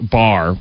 bar